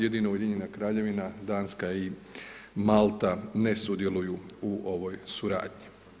Jedino Ujedinjena Kraljevina, Danska i Malta ne sudjeluju u ovoj suradnji.